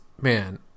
man